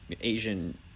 Asian